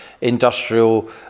industrial